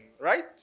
right